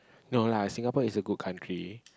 no lah Singapore is a good country